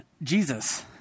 Jesus